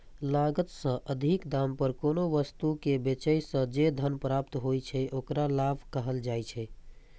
लागत सं अधिक दाम पर कोनो वस्तु कें बेचय सं जे धन प्राप्त होइ छै, ओकरा लाभ कहल जाइ छै